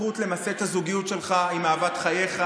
הזכות למסד את הזוגיות שלך עם אהבת חייך,